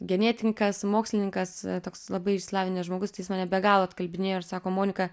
genetikas mokslininkas toks labai išsilavinęs žmogus tai jis mane be galo atkalbinėjo ir sako monika